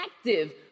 active